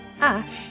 Ash